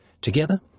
Together